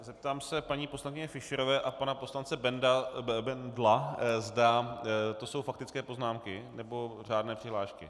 Zeptám se paní poslankyně Fischerové a pana poslance Bendla, zda to jsou faktické poznámky, nebo řádné přihlášky.